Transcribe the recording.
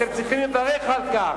אתם צריכים לברך על כך.